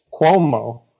Cuomo